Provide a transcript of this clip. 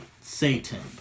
Satan